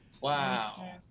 Wow